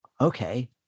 okay